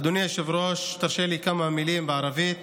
אדוני היושב-ראש, תרשה לי כמה מילים בערבית